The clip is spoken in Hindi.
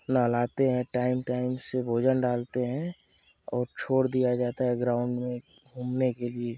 नहलाते हैं टाइम टाइम से भोजन डालते हैं और छोड़ दिया जाता है ग्राउंड में घूमने के लिए